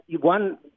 one